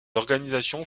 organisations